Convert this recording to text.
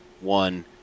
one